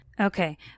Okay